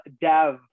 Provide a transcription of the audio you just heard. dev